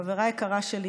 חברה יקרה שלי,